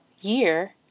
year